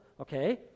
okay